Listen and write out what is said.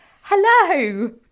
Hello